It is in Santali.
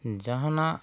ᱡᱟᱦᱟᱱᱟᱜ